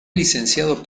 licenciado